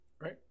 Right